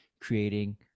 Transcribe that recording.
creating